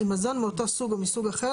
עם מזון מאותו סוג או מסוג אחר,